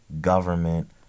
government